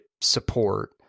support